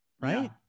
right